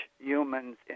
humans